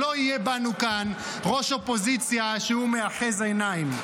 שלא יהיה בנו כאן ראש אופוזיציה שהוא מאחז עיניים.